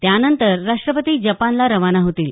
त्यानंतर राष्ट्रपती जपानला रवाना होतील